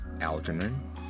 Algernon